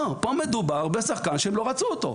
לא, פה מדובר בשחקן שהם לא רצו אותו,